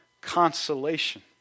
consolation